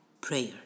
prayer